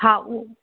हा उहो